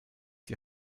die